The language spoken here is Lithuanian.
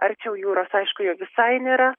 arčiau jūros aišku jo visai nėra